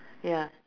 ya